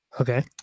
Okay